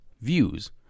views